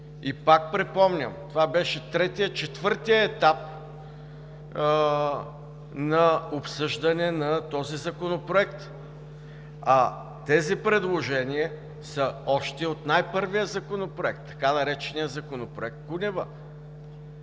Пак припомням – това беше третият, четвъртият, етап на обсъждане на този законопроект. А тези предложения са още от най-първият законопроект, така нареченият „Законопроект Кунева“